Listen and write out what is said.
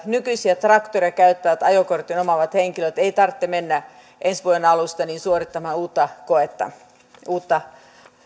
nykyisiä traktoreita käyttävien ajokortin omaavien henkilöiden ei tarvitse mennä ensi vuoden alusta suorittamaan uutta koetta uutta